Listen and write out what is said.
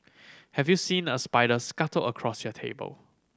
have you seen a spider scuttle across your table